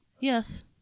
Yes